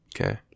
okay